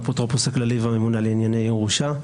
האפוטרופוס הכללי והממונה על ענייני ירושה.